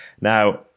Now